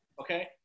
okay